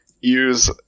use